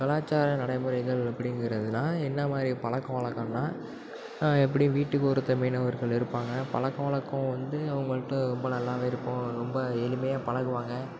கலாச்சார நடைமுறைகள் அப்படிங்கிறதுதான் என்ன மாதிரி பழக்க வழக்கம்னா எப்படியும் வீட்டுக்கு ஒருத்தர் மீனவர்கள் இருப்பாங்க பழக்க வழக்கம் வந்து அவங்களுட்ட வந்து ரொம்ப நல்லாவே இருக்கும் அவங்க ரொம்ப எளிமையாக பழகுவாங்க